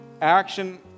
action